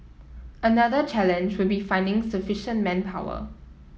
another challenge would be finding sufficient manpower